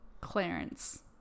Clarence